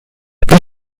wie